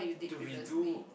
to redo